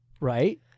right